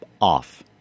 off